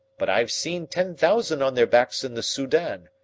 but i've seen ten thousand on their backs in the soudan,